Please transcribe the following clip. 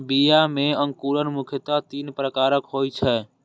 बीया मे अंकुरण मुख्यतः तीन प्रकारक होइ छै